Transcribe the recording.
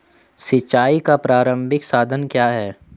सिंचाई का प्रारंभिक साधन क्या है?